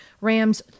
Rams